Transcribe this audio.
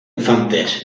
infantes